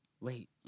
Wait